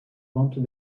ventes